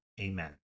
Amen